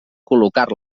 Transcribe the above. col·locar